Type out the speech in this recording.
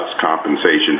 compensation